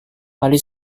kali